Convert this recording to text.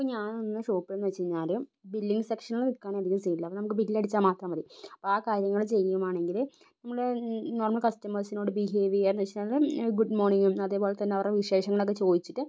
ഇപ്പം ഞാൻ നിന്ന ഷോപ്പെന്ന് വച്ചിരുന്നാല് ബില്ലിംഗ് സെക്ഷനില് നിൽക്കുവാണെങ്കില് സീൻ ഇല്ല അപ്പം നമുക്ക് ബില്ലടിച്ചാൽ മാത്രം മതി അപ്പം ആ കാര്യങ്ങള് ചെയ്യുവാണെങ്കില് നമ്മള് നോർമൽ കസ്റ്റമേഴ്സിനോട് ബിഹേവ് ചെയ്യുക എന്ന് വച്ചാല് ഗുഡ്മോർണിങ് അതേപോലെ തന്നെ അവരുടെ വിശേഷങ്ങളൊക്കെ ചോദിച്ചിട്ട്